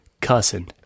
Cussing